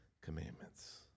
commandments